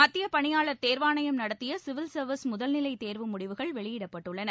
மத்திய பணியாளர் தேர்வாணையம் நடத்திய சிவில் சர்வீஸ் முதல்நிலை தேர்வு முடிவுகள் வெளியிடப்பட்டுள்ளன